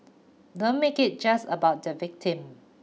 don't make it just about the victim